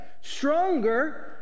stronger